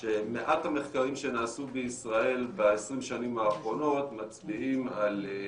שמעט המחקרים שנעשו בישראל ב-20 השנים האחרונות מצביעים על,